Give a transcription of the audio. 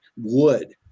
wood